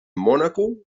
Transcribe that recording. mònaco